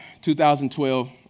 2012